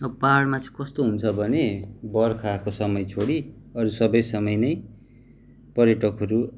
अब पाहाडमा चाहिँ कस्तो हुन्छ भने बर्खाको समय छोडी अरू सबै समय नै पर्यटकहरू